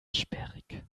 sperrig